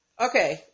Okay